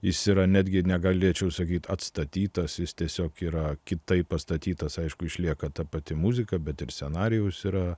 jis yra netgi negalėčiau sakyt atstatytas jis tiesiog yra kitaip pastatytas aišku išlieka ta pati muzika bet ir scenarijaus yra